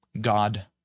God